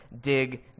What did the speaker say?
dig